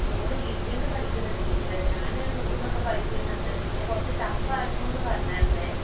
all വീട്ടിൽ നിന്ന് പഠിക്കുന്നുണ്ട് ടീച്ചറേ ഞാൻ നോക്കുമ്പോൾ ഒക്കെ പഠിക്കുന്നുണ്ട് പിന്നെ കുറച്ച് ടഫ് ആയിരുന്നൂ എന്ന് പറഞ്ഞായിരുന്നേ